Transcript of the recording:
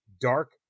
dark